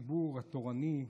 הציבור התורני,